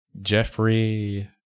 Jeffrey